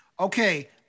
Okay